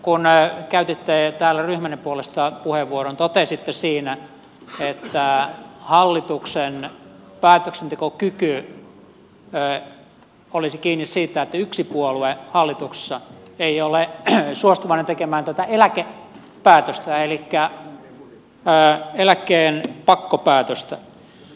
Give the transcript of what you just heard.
kun käytitte täällä ryhmänne puolesta puheenvuoron totesitte siinä että hallituksen päätöksentekokyky olisi kiinni siitä että yksi puolue hallituksessa ei ole suostuvainen tekemään tätä eläkepäätöstä elikkä eläkkeen pakkopäätöstä